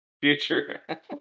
Future